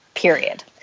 Period